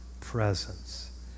presence